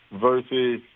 versus –